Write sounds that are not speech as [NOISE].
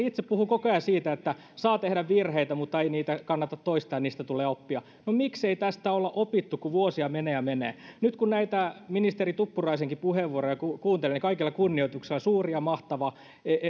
[UNINTELLIGIBLE] itse puhuu koko ajan siitä että saa tehdä virheitä mutta ei niitä kannata toistaa ja niistä tulee oppia no miksei tästä ole opittu kun vuosia menee ja menee nyt kun näitä ministeri tuppuraisenkin puheenvuoroja kuuntelee niin kaikella kunnioituksella suuri ja mahtava